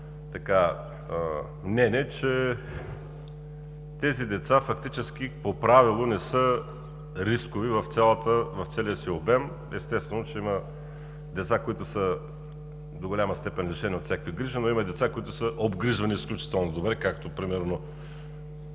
мнение, че тези деца фактически по правило не са рискови в целия си обем. Естествено, че има деца, които до голяма степен са лишени от всякакви грижи, но има и деца, които са обгрижвани изключително добре. Например